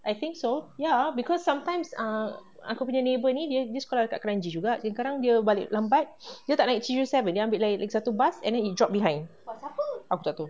I think so ya because sometimes err aku punya neighbour ni dia sekolah dekat kranji juga kadang-kadang dia balik lambat dia tak naik three zero seven dia ambil lagi satu bus and then it drop behind aku tak tahu